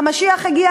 המשיח הגיע,